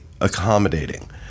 accommodating